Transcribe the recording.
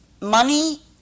Money